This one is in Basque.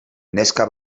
neska